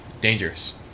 dangerous